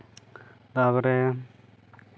ᱛᱟᱨᱯᱚᱨᱮ